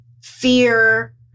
fear